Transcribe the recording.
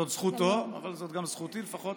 זאת זכותו, אבל זאת גם זכותי שלפחות